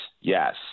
Yes